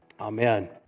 Amen